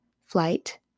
flight